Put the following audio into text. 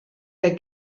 der